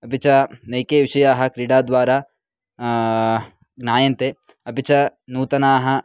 अपि च नैके विषयाः क्रीडाद्वारा ज्ञायन्ते अपि च नूतनाः